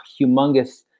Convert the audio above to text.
humongous